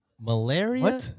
malaria